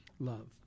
love